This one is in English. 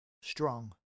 Strong